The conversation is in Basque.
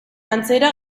antzera